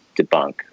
debunk